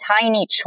tiny